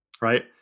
right